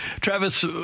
Travis